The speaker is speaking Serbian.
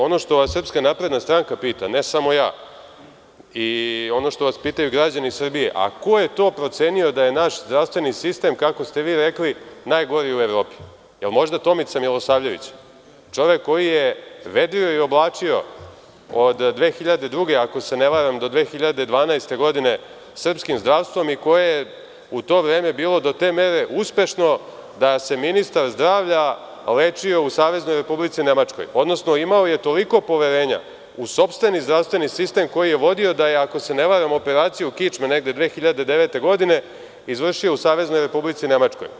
Ono što vas SNS pita, ne samo ja, i ono što vas pitaju građani Srbije – ko je to procenio da je naš zdravstveni sistem, kako ste vi rekli, najgori u Evropi, da li možda Tomica Milosavljević, čovek koji je vedrio i oblačio od 2002. do 2012, ako se ne varam, srpskim zdravstvom koje je u to vreme bilo do te mere uspešno da se ministar zdravlja lečio u Saveznoj Republici Nemačkoj, odnosno imao je toliko poverenja u sopstveni zdravstveni sistem koji je vodio da je, ako se ne varam, operaciju kičme negde 2009. godine izvršio u SR Nemačkoj?